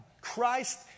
Christ